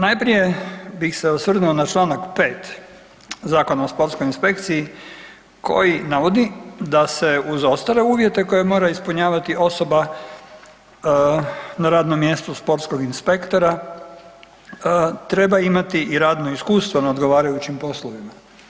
Najprije bih se osvrnuo na Članak 5. Zakona o sportskoj inspekciji koji navodi da se uz ostale uvjete koje mora ispunjavati osoba na radnom mjestu sportskog inspektora treba imati i radno iskustvo na odgovarajućim poslovima.